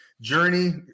journey